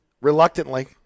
Reluctantly